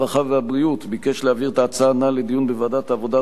הרווחה והבריאות ביקש להעביר את ההצעה הנ"ל לדיון בוועדת העבודה,